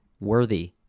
worthy